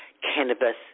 Cannabis